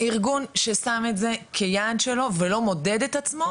ארגון ששם את זה כיעד שלו ולא מודד את עצמו,